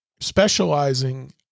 specializing